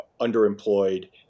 underemployed